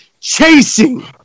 chasing